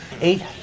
Eight